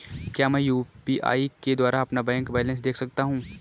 क्या मैं यू.पी.आई के द्वारा अपना बैंक बैलेंस देख सकता हूँ?